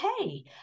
okay